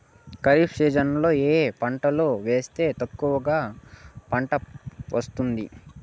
ఖరీఫ్ సీజన్లలో ఏ ఏ పంటలు వేస్తే ఎక్కువగా పంట వస్తుంది?